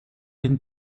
den